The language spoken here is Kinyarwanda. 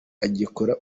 agikora